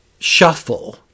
shuffle